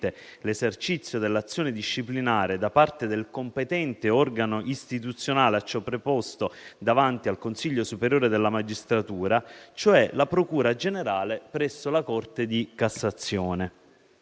l'esercizio dell'azione disciplinare da parte del competente organo istituzionale a ciò preposto davanti al Consiglio superiore della magistratura, cioè la procura generale presso la Corte di cassazione.